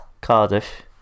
Cardiff